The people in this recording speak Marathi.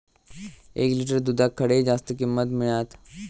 एक लिटर दूधाक खडे जास्त किंमत मिळात?